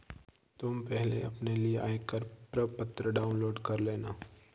तुम पहले अपने लिए आयकर प्रपत्र डाउनलोड कर लेना